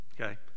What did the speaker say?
okay